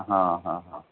हा हा हा